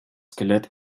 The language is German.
skelett